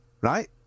right